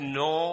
no